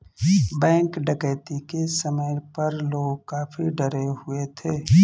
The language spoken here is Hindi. बैंक डकैती के समय पर लोग काफी डरे हुए थे